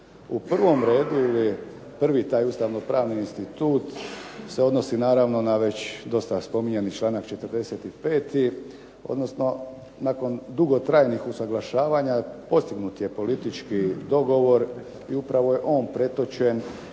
U prvom redu je prvi taj ustavno pravni institut se odnosi na već spominjani članak 45. odnosno nakon dugotrajnih usuglašavanja postignut je politički dogovor i upravo je on pretočen